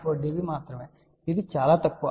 4 dB మాత్రమే ఇది చాలా తక్కువ